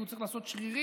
כי הוא צריך לעשות שרירים